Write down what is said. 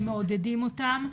שמעודדים אותם,